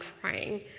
crying